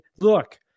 look